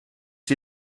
die